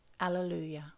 Alleluia